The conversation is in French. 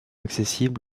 accessible